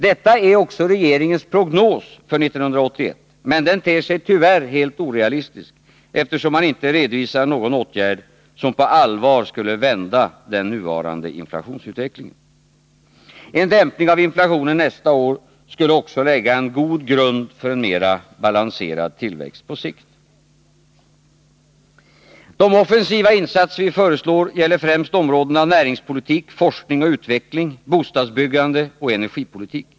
Detta är också regeringens prognos för 1981, men den ter sig tyvärr helt orealistisk, eftersom man inte redovisar någon åtgärd som på allvar skulle vända den nuvarande inflationsutvecklingen. En dämpning av inflationen nästa år skulle också lägga en god grund för en mera balanserad tillväxt på sikt. De offensiva insatser vi föreslår gäller främst områdena näringspolitik, forskning och utveckling, bostadsbyggande och energipolitik.